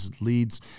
leads